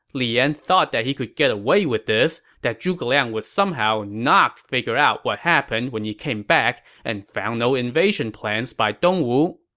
thought that he could get away with this, that zhuge liang would somehow not figure out what happened when he came back and found no invasion plans by dongwu.